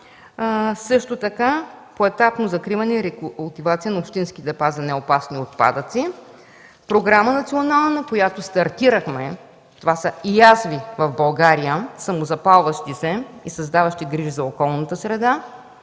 Също така – поетапно закриване и рекултивация на общински депа за неопасни отпадъци, национална програма, която стартирахме. Това са язви в България – самозапалващи се, създаващи грижи за околната среда,